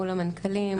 מול המנכ"לים,